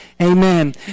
Amen